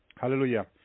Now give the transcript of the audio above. Hallelujah